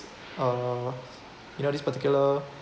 uh you know this particular